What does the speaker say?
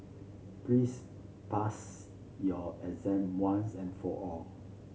please pass your exam once and for all